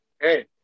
hey